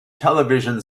television